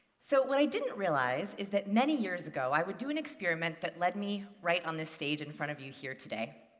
so, what i didn't realize is that many years ago, i would do an experiment that led me right on this stage in front of you here today.